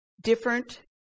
different